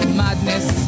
madness